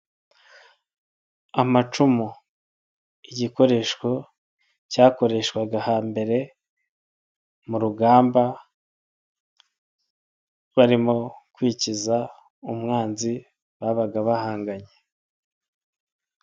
Amacumu, igikoresho cyakoreshwaga hambere mu rugamba barimo kwikiza umwanzi babaga bahanganye.